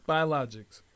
Biologics